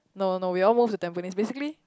no no we all move to Tampines basically